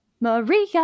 Maria